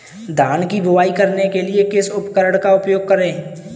धान की बुवाई करने के लिए किस उपकरण का उपयोग करें?